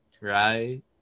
Right